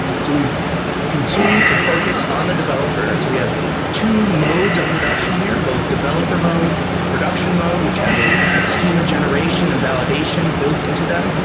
and so we've continued to focus on the developer. and so we have two modes of production here, both developer mode and production mode, which have a schema generation and validation built in to them.